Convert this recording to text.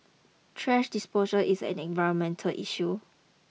trash disposal is an environmental issue